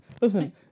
Listen